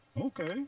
Okay